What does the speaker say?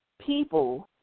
people